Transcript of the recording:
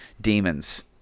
demons